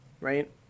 Right